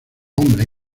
hombres